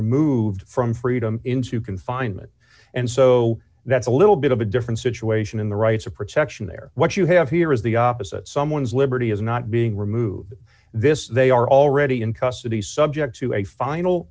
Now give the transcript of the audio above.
removed from freedom into confinement and so that's a little bit of a different situation in the rights of protection there what you have here is the opposite someone's liberty is not being removed this they are already in custody subject to a final